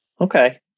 Okay